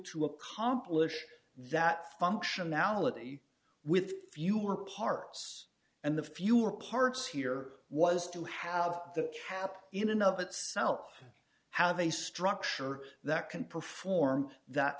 to accomplish that functionality with fewer parts and the fewer parts here was to have the cap in and of itself how they structure that can perform that